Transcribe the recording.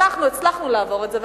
ואף-על-פי שאנחנו הצלחנו לעבור את זה,